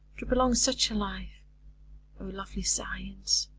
to prolong such a life o lovely science!